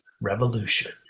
revolution